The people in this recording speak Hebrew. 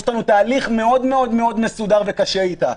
יש לנו תהליך מאוד מאוד מסודר וקשה אתה.